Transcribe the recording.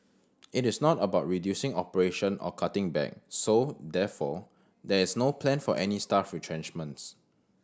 it is not about reducing operation or cutting back so therefore there is no plan for any staff retrenchments